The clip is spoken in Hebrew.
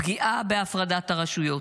פגיעה בהפרדת הרשויות.